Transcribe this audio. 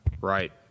Right